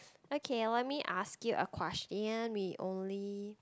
okay let me ask you a question we only